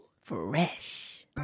Fresh